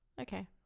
okay